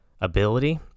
ability